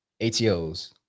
ATOs